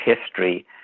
history